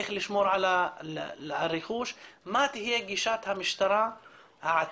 איך לשמור על הרכוש, מה תהיה גישת המשטרה העתידית?